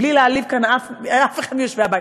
בלי להעליב כאן אף אחד מיושבי הבית,